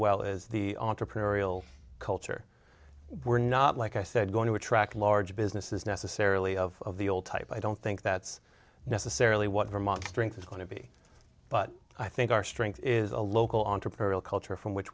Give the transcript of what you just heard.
well is the entrepreneurial culture we're not like i said going to attract large businesses necessarily of the old type i don't think that's necessarily what vermont strength is going to be but i think our strength is a local entrepreneurial culture from which